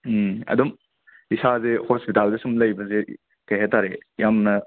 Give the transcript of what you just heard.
ꯎꯝ ꯑꯗꯨꯝ ꯏꯁꯥꯁꯦ ꯍꯣꯁꯄꯤꯇꯥꯜꯗ ꯑꯁꯨꯝ ꯂꯩꯕꯁꯦ ꯀꯩ ꯍꯥꯏ ꯇꯥꯔꯦ ꯌꯥꯝꯅ